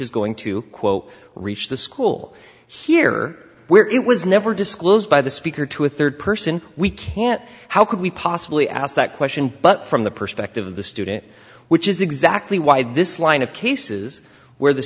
is going to quote reach the school here where it was never disclosed by the speaker to a third person we can't how could we possibly ask that question but from the perspective of the student which is exactly why this line of cases where the